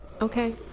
Okay